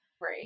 Right